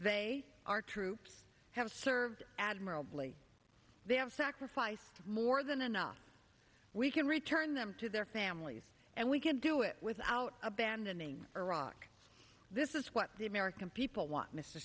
our troops have served admirably they have sacrificed more than enough we can return them to their families and we can do it without abandoning iraq this is what the american people want mr